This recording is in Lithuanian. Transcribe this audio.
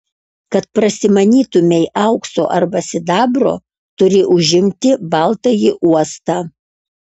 kad prasimanytumei aukso arba sidabro turi užimti baltąjį uostą